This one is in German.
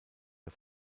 der